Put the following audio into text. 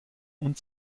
und